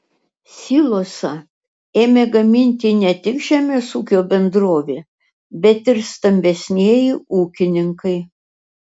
silosą ėmė gaminti ne tik žemės ūkio bendrovė bet ir stambesnieji ūkininkai